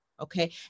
okay